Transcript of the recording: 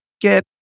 get